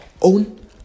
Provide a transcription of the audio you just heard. own